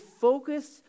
focus